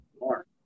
more